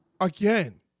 Again